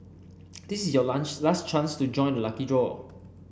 this is your last last chance to join the lucky draw